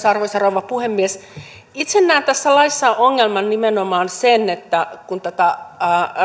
arvoisa rouva puhemies itse näen tässä laissa ongelmana nimenomaan sen että kun tätä